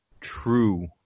True